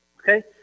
Okay